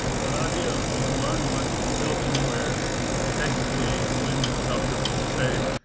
so the idea of learn once and build anywhere basically lends itself to say,